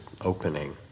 opening